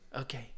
Okay